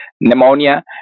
pneumonia